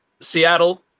Seattle